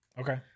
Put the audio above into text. Okay